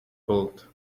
cold